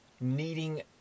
needing